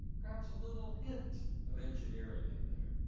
perhaps a little hint of engineering in there.